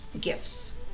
gifts